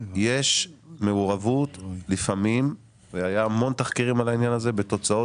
לפעמים יש מעורבות - והיו המון תחקירים על העניין הזה בתוצאות